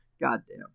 goddamn